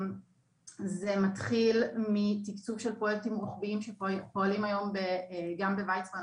זה מתחיל מסבסוד של פרויקטים רוחביים שפועלים היום גם במכון ויצמן,